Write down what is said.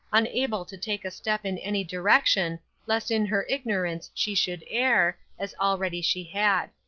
unable to take a step in any direction lest in her ignorance she should err, as already she had.